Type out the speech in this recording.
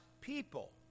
people